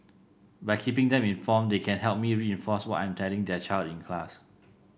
by keeping them informed they can help me reinforce what I'm telling their child in class